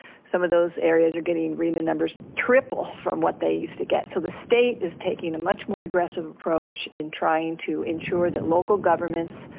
some of those areas are getting rhna numbers triple from what they used to get. so the state is taking a much more aggressive approach in trying to ensure that local governments